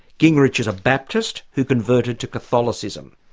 gingrich is a baptist who converted to catholicism.